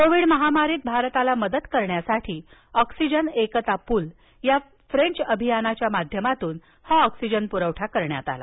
Covid महामारीत भारताला मदत करण्यासाठी ऑक्सीजन एकता पूल या फ्रेंच अभियानाच्या माध्यमातून हा ऑक्सीजन पुरवठा करण्यात आला